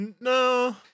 No